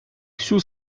всю